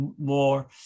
more